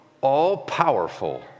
all-powerful